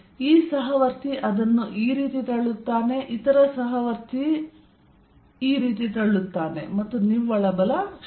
ಈ ಸಹವರ್ತಿ ಅದನ್ನು ಈ ರೀತಿ ತಳ್ಳುತ್ತಾನೆ ಇತರ ಸಹವರ್ತಿ ಈ ರೀತಿ ತಳ್ಳುತ್ತಾನೆ ಮತ್ತು ನಿವ್ವಳ ಬಲ 0